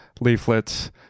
leaflets